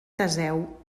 teseu